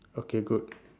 okay good